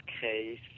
case